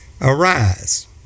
Arise